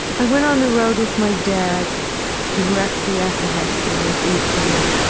i went on the road with my dad directly after high school. i was eighteen,